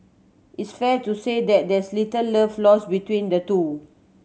it's fair to say that there's little love lost between the two